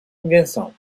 invenção